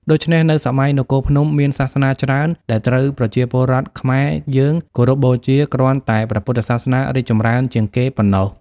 ដូច្នេះនៅសម័យនគរភ្នំ មានសាសនាច្រើនដែលត្រូវប្រជាពលរដ្ឋខ្មែរយើង គោរពបូជាគ្រាន់តែព្រះពុទ្ធសាសនារីកចម្រើនជាងគេប៉ុណ្ណោះ ។